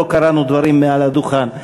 ולא קרענו דברים מעל הדוכן.